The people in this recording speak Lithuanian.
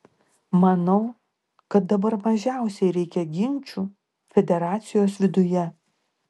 manau kad dabar mažiausiai reikia ginčų federacijos viduje